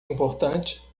importante